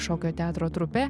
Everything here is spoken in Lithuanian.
šokio teatro trupe